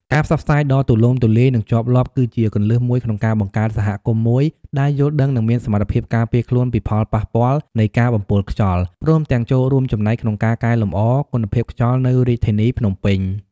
ការផ្សព្វផ្សាយដ៏ទូលំទូលាយ និងជាប់លាប់ គឺជាគន្លឹះមួយក្នុងការបង្កើតសហគមន៍មួយដែលយល់ដឹង និងមានសមត្ថភាពការពារខ្លួនពីផលប៉ះពាល់នៃការបំពុលខ្យល់ ព្រមទាំងចូលរួមចំណែកក្នុងការកែលម្អគុណភាពខ្យល់នៅរាជធានីភ្នំពេញ។